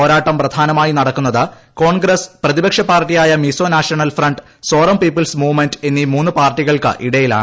പോരാട്ടം പ്രധാനമായും നടക്കുന്നത് കോൺഗ്രസ്സ് പ്രതിപക്ഷപാർട്ടിയായ Mizo National Front Zoram People's Movement എന്നീ മുന്ത് പാർട്ടികൾക്കിടയിലാണ്